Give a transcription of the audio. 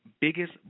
biggest